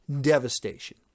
devastation